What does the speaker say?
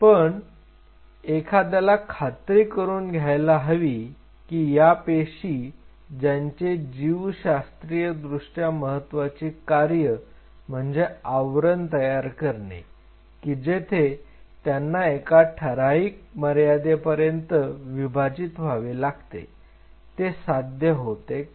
पण एखाद्याला खात्री करून घ्यायला हवी कि या पेशी ज्यांचे जीवशास्त्रीय दृष्ट्या महत्त्वाची कार्य म्हणजे आवरण तयार करणे की जेथे त्यांना एका ठराविक मर्यादेपर्यंत विभाजित व्हावे लागते ते साध्य होते का